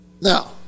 Now